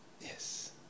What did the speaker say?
Yes